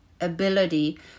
ability